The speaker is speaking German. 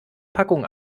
packung